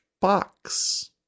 box